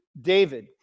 David